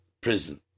prison